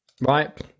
right